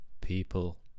people